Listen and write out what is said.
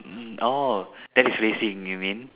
mm orh that is racing you mean